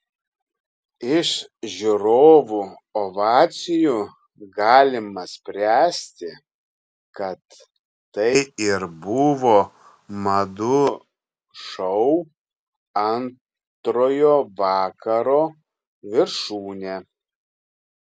iš žiūrovų ovacijų galima spręsti kad tai ir buvo madų šou antrojo vakaro viršūnė